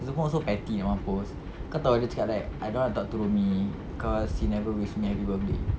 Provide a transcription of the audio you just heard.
zul pun petty nak mampus kau tahu dia cakap like I don't want to talk to rumi cause he never wish me happy birthday